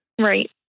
Right